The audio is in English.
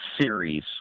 series